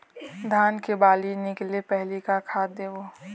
धान के बाली निकले पहली का खाद देबो?